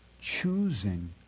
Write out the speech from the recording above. choosing